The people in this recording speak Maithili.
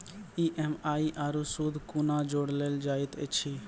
ई.एम.आई आरू सूद कूना जोड़लऽ जायत ऐछि?